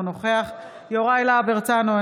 אינו נוכח יוראי להב הרצנו,